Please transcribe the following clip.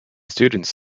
students